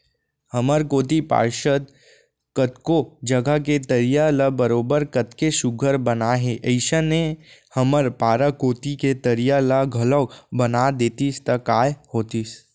हमर कोती पार्षद कतको जघा के तरिया ल बरोबर कतेक सुग्घर बनाए हे अइसने हमर पारा कोती के तरिया ल घलौक बना देतिस त काय होतिस